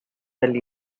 well